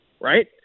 right